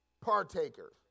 partakers